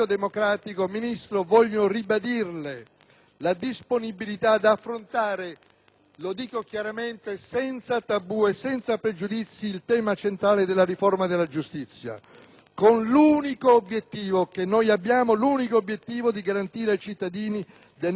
lo dico chiaramente, senza tabù e senza pregiudizi - il tema centrale della riforma della giustizia, con l'unico obiettivo che abbiamo, che è quello di garantire ai cittadini del nostro Paese giudizi giusti e solleciti. Lei ha annunciato nella sua replica